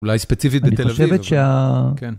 אולי ספציפית בתל אביב.אני חושבת ש...